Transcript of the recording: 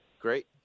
Great